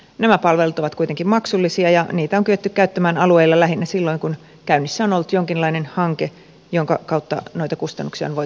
nämä palvelut ovat kuitenkin maksullisia ja niitä on kyetty käyttämään alueilla lähinnä silloin kun käynnissä on ollut jonkinlainen hanke jonka kautta noita kustannuksia on voitu subventoida